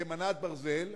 כמנת ברזל.